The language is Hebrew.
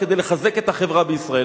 כדי לחזק את החברה בישראל.